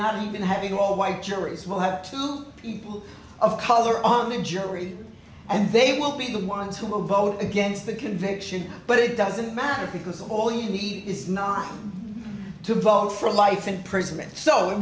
not even having all white juries will have two people of color on the jury and they will be the ones who will vote against the conviction but it doesn't matter because all you need is not to vote for life imprisonment so we